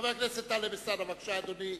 חבר הכנסת טלב אלסאנע, בבקשה, אדוני.